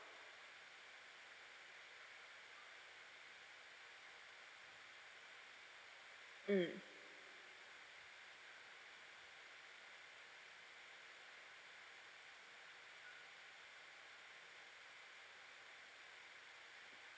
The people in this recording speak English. mm